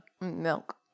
milk